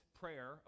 prayer